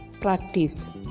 Practice